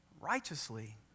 righteously